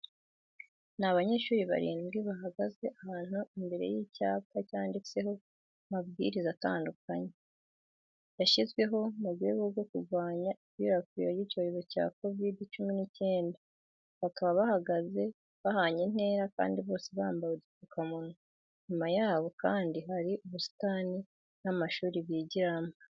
Ni abanyeshuri barindwi bahagaze ahantu imbere y'icyapa cyanditseho amabwiriza atandukanye, yashyizweho mu rwego rwo kurwanya ikwirakwira ry'icyorezo cya kovide cumi n'icyenda. Bakaba bahagaze bahanye intera kandi bose bambaye udupfukamunwa, inyuma yabo kandi hari ubusitani n'amashuri bigiramo.